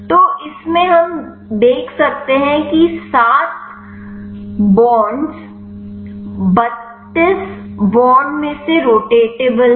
तो इसमें हम देख सकते हैं कि 7 बॉन्ड 32 बॉन्ड में से रोटेटेबल हैं